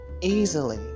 Easily